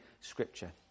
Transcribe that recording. Scripture